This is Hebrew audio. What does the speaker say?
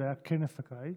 זה היה כנס הקיץ,